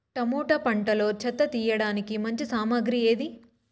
Tomato పంటలో చెత్త తీయడానికి మంచి సామగ్రి ఏది?